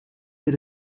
the